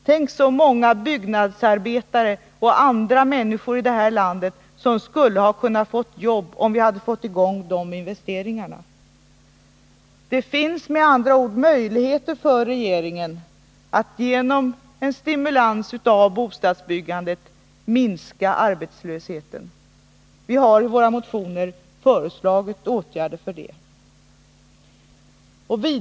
Tänk, så många byggnadsarbetare och andra människor här i landet som skulle ha kunnat få jobb, om vi hade fått i gång de investeringarna! Det finns med andra ord möjligheter för regeringen att genom en stimulans av bostadsbyggandet minska arbetslösheten. Vi har i våra motioner föreslagit åtgärder för det.